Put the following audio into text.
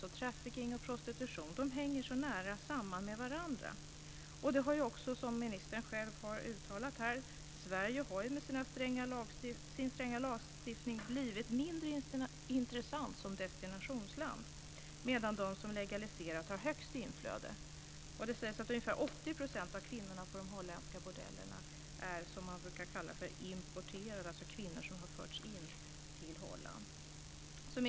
De hänger så nära samman med varandra. Precis som ministern säger har också Sverige med sin stränga lagstiftning blivit mindre intressant som destinationsland, medan de som har legaliserat har högst inflöde. Det sägs att ungefär 80 % av kvinnorna på de holländska bordellerna är "importerade", dvs. kvinnor som har förts in till Holland.